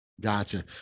Gotcha